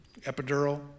epidural